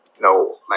no